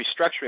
restructuring